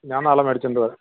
ഞാൻ നാളെ മേടിച്ചുകൊണ്ട് വരാം